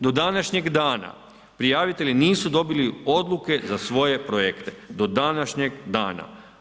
Do današnjeg dana prijavitelji nisu dobili odluke za svoje projekte, do današnjeg dana.